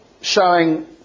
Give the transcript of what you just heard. showing